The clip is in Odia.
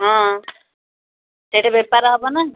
ହଁ ସେଠି ବେପାର ହବ ନା